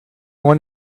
one